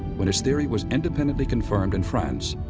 when his theory was independently confirmed in france,